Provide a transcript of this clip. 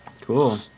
Cool